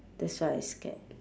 that's why I scared